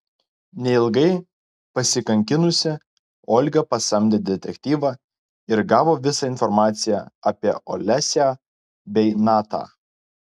neilgai pasikankinusi olga pasamdė detektyvą ir gavo visą informaciją apie olesią bei natą